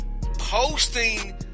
posting